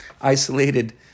isolated